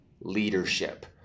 leadership